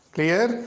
Clear